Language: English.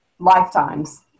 lifetimes